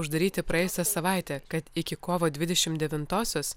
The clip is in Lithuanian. uždaryti praėjusią savaitę kad iki kovo dvidešim devintosios